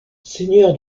seigneur